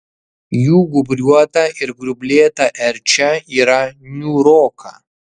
jų gūbriuota ir grublėta erčia yra niūroka